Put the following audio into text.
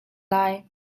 lai